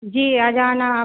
जी आ जाना आप